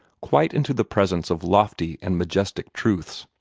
quite into the presence of lofty and majestic truths.